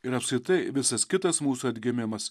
ir apskritai visas kitas mūsų atgimimas